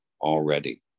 already